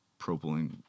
propylene